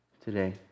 today